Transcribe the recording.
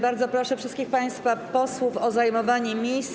Bardzo proszę wszystkich państwa posłów o zajmowanie miejsc.